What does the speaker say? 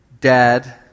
dad